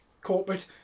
corporate